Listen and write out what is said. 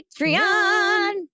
Patreon